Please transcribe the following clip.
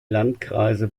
landkreise